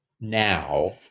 now